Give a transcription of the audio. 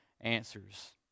answers